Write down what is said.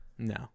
No